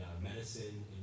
medicine